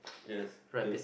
yes